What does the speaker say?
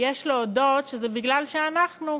יש להודות, זה מפני שאנחנו,